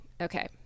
Okay